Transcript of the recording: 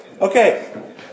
okay